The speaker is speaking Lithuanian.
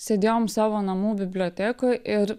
sėdėjom savo namų bibliotekoj ir